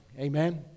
Amen